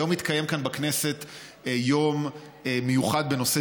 היום התקיים כאן בכנסת יום מיוחד בנושא